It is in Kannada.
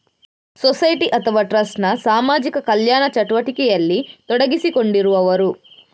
ಸೊಸೈಟಿ ಅಥವಾ ಟ್ರಸ್ಟ್ ನ ಸಾಮಾಜಿಕ ಕಲ್ಯಾಣ ಚಟುವಟಿಕೆಯಲ್ಲಿ ತೊಡಗಿಸಿಕೊಂಡಿರುವವರು